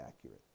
accurate